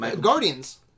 Guardians